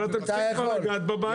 אבל אתם צריכים כבר לגעת בבעיה.